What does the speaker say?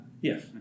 Yes